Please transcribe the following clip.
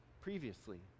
previously